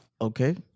Okay